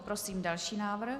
Prosím další návrh.